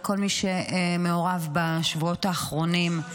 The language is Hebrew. לכל מי שמעורב בשבועות האחרונים.